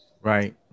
Right